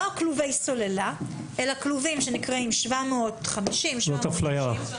לא כלובי הסוללה אלא כלובים שנקראים 750 -- זאת אפליה.